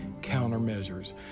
countermeasures